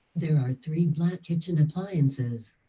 there are three black kitchen appliances.